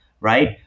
right